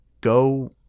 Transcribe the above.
go